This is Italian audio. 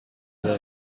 una